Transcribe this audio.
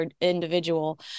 individual